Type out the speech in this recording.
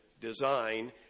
design